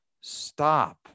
Stop